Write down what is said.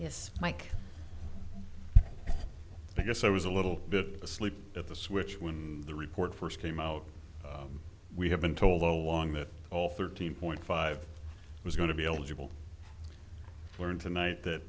yes mike but yes i was a little bit asleep at the switch when the report first came out we have been told all along that all thirteen point five was going to be eligible for him tonight that